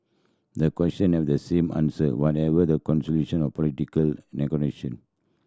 the question have the same answer whatever the conclusion of political negotiation